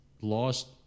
lost